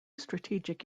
strategic